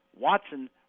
Watson